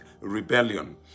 rebellion